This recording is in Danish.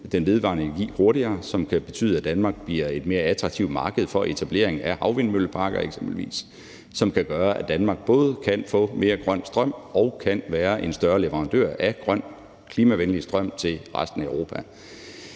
den vedvarende energi hurtigere, hvilket kan betyde, at Danmark bliver et mere attraktivt marked for etablering af eksempelvis havvindmølleparker, og det kan gøre, at Danmark både kan få mere grøn strøm og kan være en større leverandør af grøn, klimavenlig strøm til resten af Europa.